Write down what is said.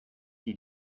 die